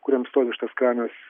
kuriam stovi šitas kranas